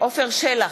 עפר שלח,